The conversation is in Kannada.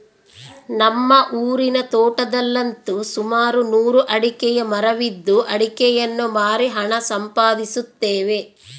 ನಮ್ಮ ಊರಿನ ತೋಟದಲ್ಲಂತು ಸುಮಾರು ನೂರು ಅಡಿಕೆಯ ಮರವಿದ್ದು ಅಡಿಕೆಯನ್ನು ಮಾರಿ ಹಣ ಸಂಪಾದಿಸುತ್ತೇವೆ